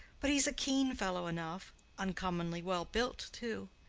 but he's a keen fellow enough uncommonly well built too.